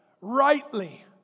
rightly